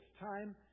time